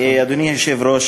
אדוני היושב-ראש,